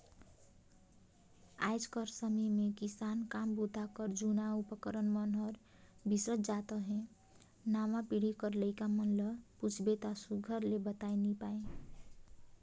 आएज कर समे मे किसानी काम बूता कर जूना उपकरन मन हर बिसरत जात अहे नावा पीढ़ी कर लरिका मन ल पूछबे ता सुग्घर ले बताए नी पाए